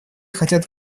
хотят